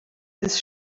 his